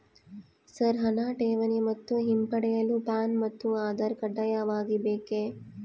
Sir ಹಣ ಠೇವಣಿ ಮತ್ತು ಹಿಂಪಡೆಯಲು ಪ್ಯಾನ್ ಮತ್ತು ಆಧಾರ್ ಕಡ್ಡಾಯವಾಗಿ ಬೇಕೆ?